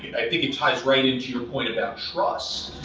i think it ties right into your point about trust.